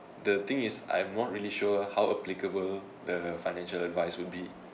the thing is I'm not really sure how applicable the financial advice would be